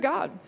God